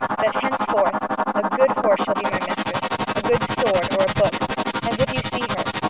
that henceforth a good horse shall be my mistriss, a good sword, or a book and if you see her,